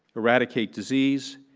eradicate disease,